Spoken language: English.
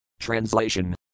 Translation